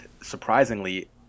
surprisingly